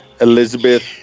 Elizabeth